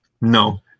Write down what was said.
No